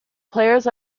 players